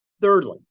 Thirdly